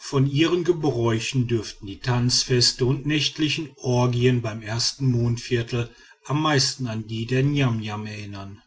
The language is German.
von ihren gebräuchen dürften die tanzfeste und nächtlichen orgien beim ersten mondviertel am meisten an die der niamniam erinnern